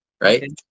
right